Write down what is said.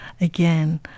again